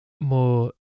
more